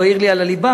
הוא העיר לי על הליבה,